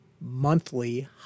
monthly